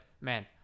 man